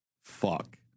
Fuck